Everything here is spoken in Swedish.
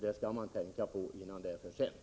Det bör man tänka på, innan det är för sent.